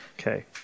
Okay